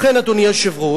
לכן, אדוני היושב-ראש,